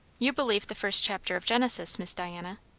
you believe the first chapter of genesis, miss diana?